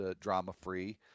drama-free